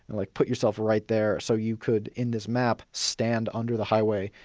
and like put yourself right there. so you could in this map, stand under the highway,